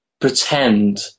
pretend